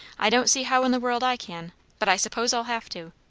i don't see how in the world i can but i suppose i'll have to.